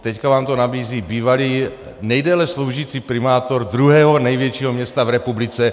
Teď vám to nabízí bývalý nejdéle sloužící primátor druhého největšího města v republice.